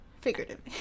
figuratively